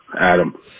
Adam